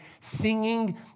singing